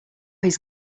his